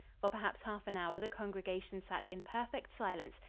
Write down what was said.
for perhaps half an hour the congregation sat in perfect silence,